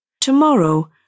Tomorrow